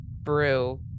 brew